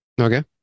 Okay